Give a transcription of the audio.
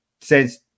says